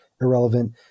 irrelevant